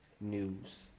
news